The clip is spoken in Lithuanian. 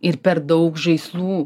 ir per daug žaislų